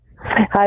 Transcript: Hi